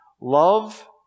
Love